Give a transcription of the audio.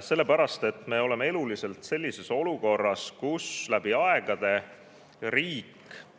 Sellepärast et me oleme eluliselt sellises olukorras, kus läbi aegade on riik